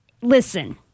Listen